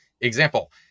example